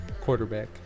quarterback